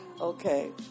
Okay